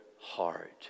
heart